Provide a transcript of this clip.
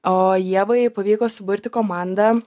o ievai pavyko suburti komandą